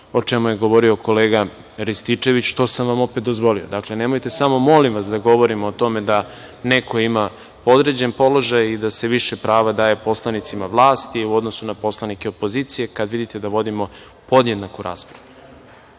o čemu je govorio kolega Rističević, što sam vam opet dozvolio. Nemojte samo, molim vas, da govorimo o tome da neko ima podređen položaj i da se više prava daje poslanicima vlasti u odnosu na poslanike opozicije, kad vidite da vodimo podjednaku raspravu. Dakle,